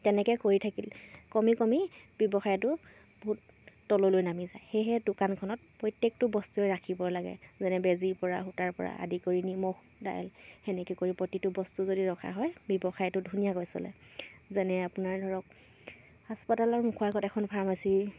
তেনেকৈ কৰি থাকিল কমি কমি ব্যৱসায়টো বহুত তললৈ নামি যায় সেয়েহে দোকানখনত প্ৰত্যেকটো বস্তুৱে ৰাখিব লাগে যেনে বেজীৰপৰা সূতাৰপৰা আদি কৰি নিমখ দাইল সেনেকৈ কৰি প্ৰতিটো বস্তু যদি ৰখা হয় ব্যৱসায়টো ধুনীয়াকৈ চলে যেনে আপোনাৰ ধৰক হাস্পাতালৰ মুখৰ আগত এখন ফাৰ্মাচী